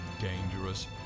dangerous